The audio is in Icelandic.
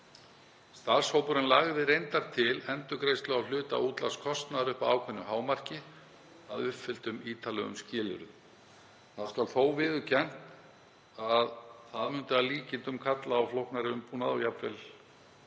Starfshópurinn lagði reyndar til endurgreiðslu á hluta útlagðs kostnaðar upp að ákveðnu hámarki að uppfylltum ítarlegum skilyrðum. Það skal þó viðurkennt að það myndi að líkindum kalla á flóknari umbúnað og jafnvel